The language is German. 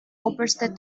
oberste